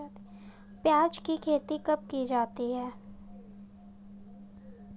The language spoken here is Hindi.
प्याज़ की खेती कब की जाती है?